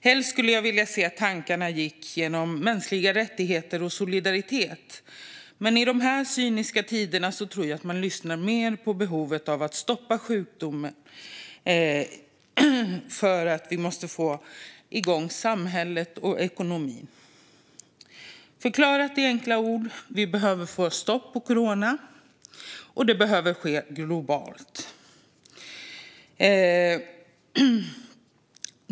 Helst skulle jag vilja se att tankarna handlade om mänskliga rättigheter och solidaritet. Men i dessa cyniska tider tror jag att man lyssnar mer på behovet av att stoppa sjukdomen för att vi måste få igång samhället och ekonomin. Förklarat i enkla ord: Vi behöver få ett stopp på corona, och det behöver ske globalt.